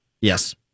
Yes